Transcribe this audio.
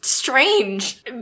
strange